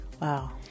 Wow